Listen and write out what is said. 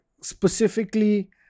specifically